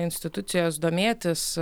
institucijos domėtis